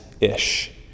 ish